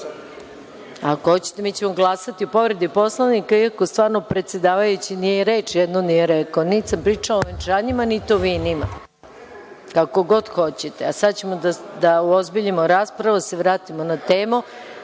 Ako hoćete, mi ćemo glasati o povredi Poslovnika, iako stvarno predsedavajući reč jednu nije rekao. Niti sam pričala o venčanjima, niti o vinima. Kako god hoćete. Sada ćemo da uozbiljimo raspravu, da se vratimo na temu. Reč